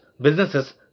businesses